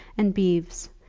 and beeves,